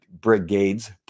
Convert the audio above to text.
brigades